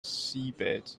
seabed